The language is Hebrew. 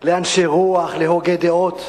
לאנשי רוח, להוגי דעות.